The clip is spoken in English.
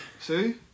See